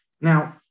Now